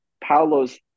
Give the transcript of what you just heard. Paolo's